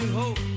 hope